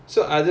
okay